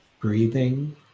breathing